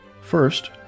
First